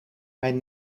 mijn